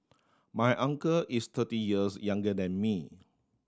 my uncle is thirty years younger than me